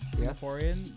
Singaporean